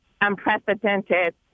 unprecedented